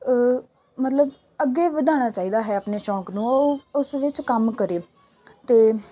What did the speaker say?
ਮਤਲਬ ਅੱਗੇ ਵਧਾਉਣਾ ਚਾਹੀਦਾ ਹੈ ਆਪਣੇ ਸ਼ੌਕ ਨੂੰ ਉਸ ਵਿੱਚ ਕੰਮ ਕਰੇ ਅਤੇ